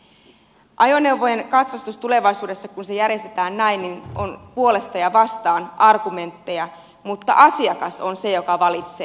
kun ajoneuvojen katsastus tulevaisuudessa järjestetään näin niin sen puolesta ja sitä vastaan on argumentteja mutta asiakas on se joka valitsee